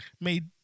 made